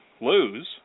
lose